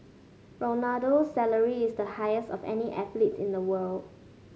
Ronaldo's salary is the highest of any athletes in the world